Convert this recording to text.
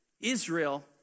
Israel